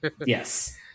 Yes